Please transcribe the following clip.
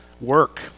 work